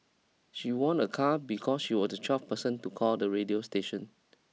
she won a car because she was the twelfth person to call the radio station